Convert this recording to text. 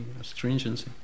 astringency